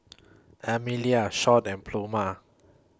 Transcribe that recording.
Emelia Shaun and Pluma